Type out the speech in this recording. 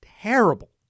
Terrible